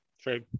True